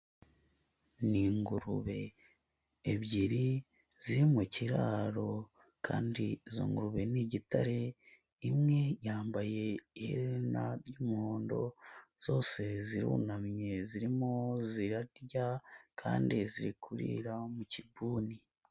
Ni ingurube ebyiri ziri mu kiraro, kandi izo ngurube n'igitare, imwe yambaye iherena ry'umuhondo, zose zirunamye zirimo zirarya kandi ziri kurira mu kibuni.